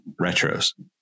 retros